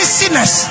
sinners